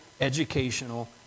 educational